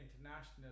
international